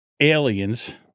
Aliens